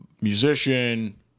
musician